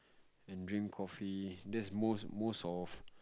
and drink coffee that's most most of